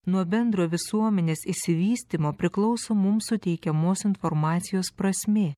nuo bendro visuomenės išsivystymo priklauso mums suteikiamos informacijos prasmė